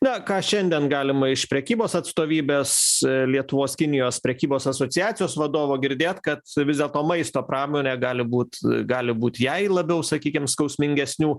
na ką šiandien galima iš prekybos atstovybės lietuvos kinijos prekybos asociacijos vadovo girdėt kad vis dėlto maisto pramonė gali būt gali būt jai labiau sakykim skausmingesnių